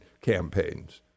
campaigns